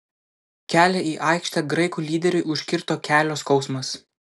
kelią į aikštę graikų lyderiui užkirto kelio skausmas